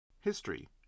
History